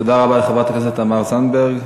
תודה רבה לחברת הכנסת תמר זנדברג.